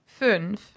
Fünf